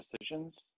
decisions